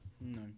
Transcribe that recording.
No